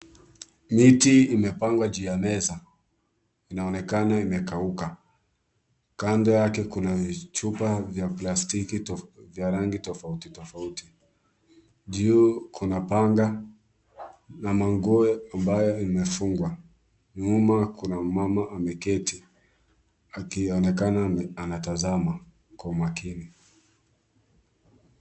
Miti imepangwa juu ya meza. Inaonekana imekauka. Kando yake kuna vichupa vya plastiki vya rangi tofauti tofauti. Juu kuna panga na manguo ambayo imefungwa. Nyuma kuna mumama ambaye ameketi akionekana anatazama kwa umakini.